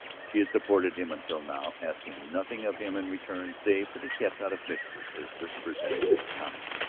she had supported him until now, asking nothing of him in return save that he kept out of mischief a certain percentage of the time.